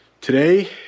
today